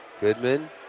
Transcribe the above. Goodman